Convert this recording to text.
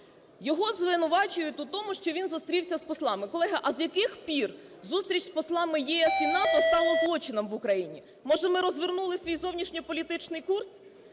Його звинувачують в тому, що він зустрівся з послами. Колеги, а з яких пір зустріч з послам ЄС і НАТО стало злочином в Україні? Може, ми розвернули свій зовнішньополітичний курс?